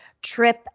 trip